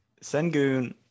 Sengun